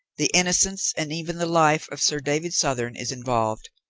the innocence and even the life of sir david southern is involved,